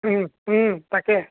তাকে